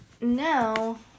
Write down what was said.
Now